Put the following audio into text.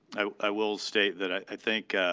i will state that i think